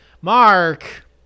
Mark